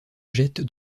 jette